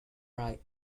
right